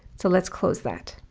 so let's close that.